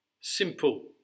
Simple